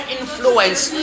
influence